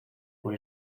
por